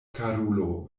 karulo